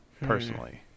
Personally